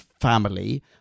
family